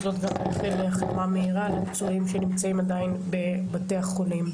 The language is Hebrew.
זאת גם נאחל החלמה מהירה לפצועים שנמצאים עדיין בבתי החולים.